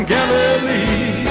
Galilee